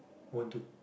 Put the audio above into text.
want to